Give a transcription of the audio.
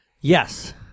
Yes